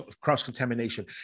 cross-contamination